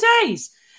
days